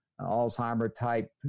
Alzheimer-type